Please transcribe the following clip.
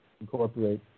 incorporate